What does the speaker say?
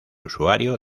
usuario